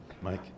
Mike